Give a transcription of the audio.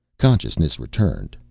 consciousness returned,